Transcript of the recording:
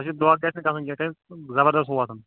دونکھٕ گَژھِ نہٕ گَژھُن کینٛہہ سُہ گَژھِ زَبردست موت ہن